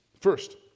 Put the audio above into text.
First